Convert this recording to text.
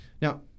Now